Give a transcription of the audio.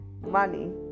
money